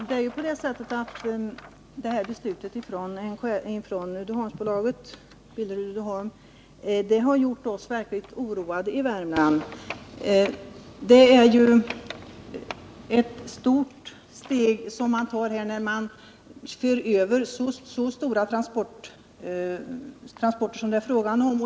Herr talman! Beslutet från Billerud-Uddeholm har gjort oss verkligt oroade i Värmland. Det är ju ett stort steg att föra över så stora transportmängder som det är fråga om här.